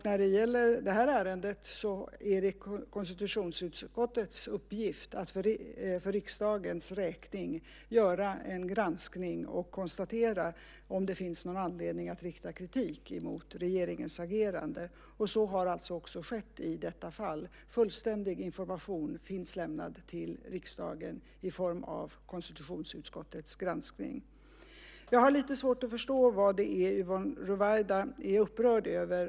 När det gäller det här ärendet är det konstitutionsutskottets uppgift att för riksdagens räkning göra en granskning och konstatera om det finns någon anledning att rikta kritik mot regeringens agerande, och så har alltså också skett i detta fall. Fullständig information finns lämnad till riksdagen i form av konstitutionsutskottets granskning. Jag har lite svårt att förstå vad det är Yvonne Ruwaida är upprörd över.